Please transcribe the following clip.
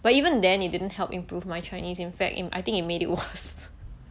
but even then it didn't help improve my chinese in fact I think it made it worse